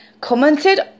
commented